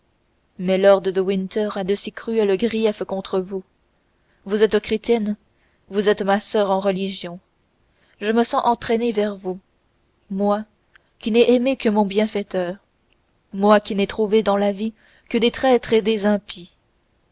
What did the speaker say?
mais lord de winter a de cruels griefs contre vous vous êtes chrétienne vous êtes ma soeur en religion je me sens entraîné vers vous moi qui n'ai aimé que mon bienfaiteur moi qui n'ai trouvé dans la vie que des traîtres et des impies